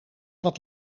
wat